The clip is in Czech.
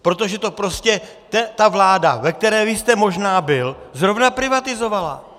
Protože to prostě ta vláda, ve které vy jste možná byl, zrovna privatizovala.